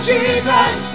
Jesus